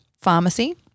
pharmacy